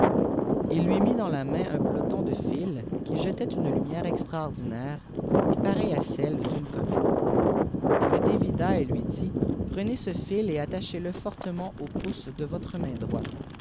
il lui mit dans la main un peloton de fil qui jetait une lumière extraordinaire et pareille à celle d'une comète il le dévida et lui dit prenez ce fil et attachez le fortement au ouce de votre main droite